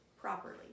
properly